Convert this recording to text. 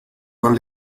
con